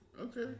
Okay